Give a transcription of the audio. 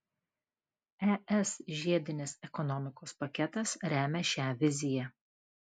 es žiedinės ekonomikos paketas remia šią viziją